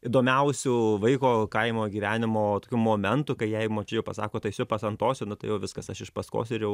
įdomiausių vaiko kaimo gyvenimo tokių momentų kai jei močiutė pasako eisiu pas antosių nuo tai jau viskas aš iš paskos ir jau